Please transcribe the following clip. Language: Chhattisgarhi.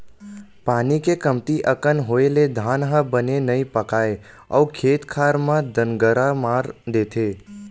पानी के कमती अकन होए ले धान ह बने नइ पाकय अउ खेत खार म दनगरा मार देथे